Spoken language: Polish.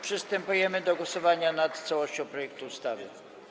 Przystępujemy do głosowania nad całością projektu ustawy.